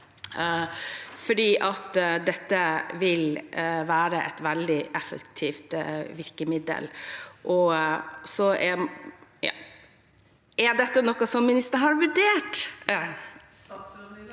dette vil være et veldig effektivt virkemiddel. Er dette noe ministeren har vurdert?